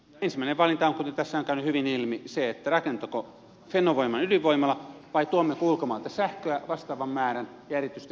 ensimmäinen valinta on kuten tässä on käynyt hyvin ilmi se rakennetaanko fennovoiman ydinvoimala vai tuommeko ulkomailta sähköä vastaavan määrän ja erityisesti venäjältä